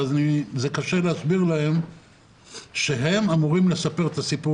קשה להסביר להם שהם אמורים לספר את הסיפור